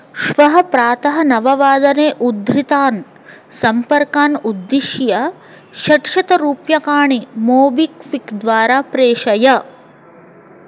श्वः प्रातः नववादने उद्धृतान् सम्पर्कान् उद्दिश्य षट्शतरूप्यकाणि मोबि क्विक् द्वारा प्रेषय